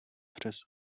přes